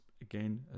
again